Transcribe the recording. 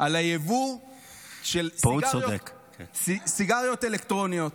על היבוא של סיגריות אלקטרוניות.